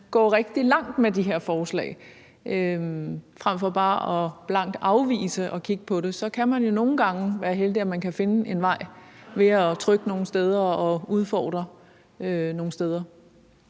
gå rigtig langt med de her forslag, frem for bare blankt at afvise at kigge på dem? Nogle gange kan man jo være heldig at finde en vej ved at trykke nogle steder og udfordre nogle steder.